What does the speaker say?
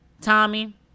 Tommy